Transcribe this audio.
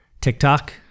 TikTok